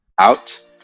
out